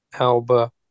Alba